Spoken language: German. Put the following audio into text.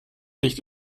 licht